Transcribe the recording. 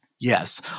Yes